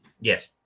Yes